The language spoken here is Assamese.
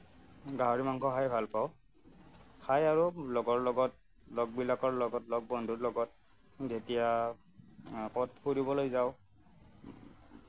গাহৰি মাংস খাই ভাল পাওঁ খাই আৰু লগৰবিলাকৰ লগত লগ বন্ধুৰ লগত যেতিয়া ক'ৰবাত ফুৰিবলৈ যাওঁ